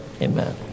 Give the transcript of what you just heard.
amen